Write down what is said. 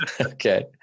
Okay